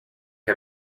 que